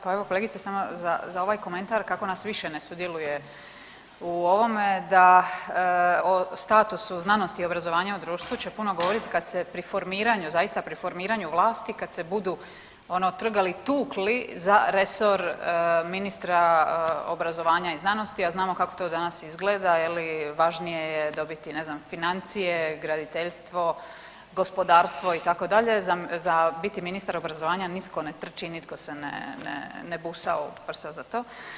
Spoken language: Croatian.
Pa evo kolegice samo za, za ovaj komentar kako nas više ne sudjeluje u ovome, da o statusu znanosti i obrazovanja u društvu će puno govorit kad se pri formiranju, zaista pri formiranju vlasti kad se budu ono trgali i tukli za resor ministra obrazovanja i znanosti, a znamo kako to danas izgleda je li važnije je dobiti ne znam financije, graditeljstvo, gospodarstvo itd., za, za biti ministar obrazovanja nitko ne trči, nitko se ne, ne, ne busa u prsa za to.